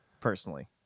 personally